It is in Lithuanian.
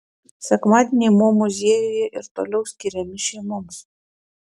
sekmadieniai mo muziejuje ir toliau skiriami šeimoms